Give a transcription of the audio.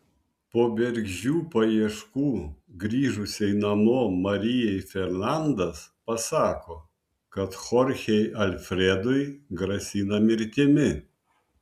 po bergždžių paieškų grįžusiai namo marijai fernandas pasako kad chorchei alfredui grasina mirtimi